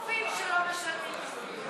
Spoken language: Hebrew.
עוד גופים שלא משלמים מיסים.